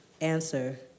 Answer